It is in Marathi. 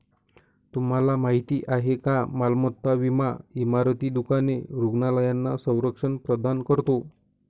तुम्हाला माहिती आहे का मालमत्ता विमा इमारती, दुकाने, रुग्णालयांना संरक्षण प्रदान करतो